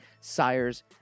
Sire's